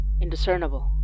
indiscernible